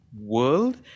world